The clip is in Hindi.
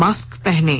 मास्क पहनें